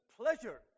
pleasure